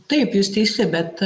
taip jūs teisi bet